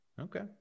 Okay